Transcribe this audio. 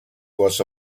was